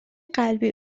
قلبی